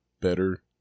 better